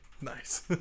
Nice